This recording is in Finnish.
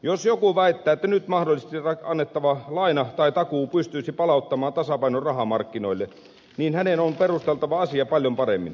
jos joku väittää että nyt mahdollisesti annettava laina tai takuu pystyisi palauttamaan tasapainon rahamarkkinoille niin hänen on perusteltava asia paljon paremmin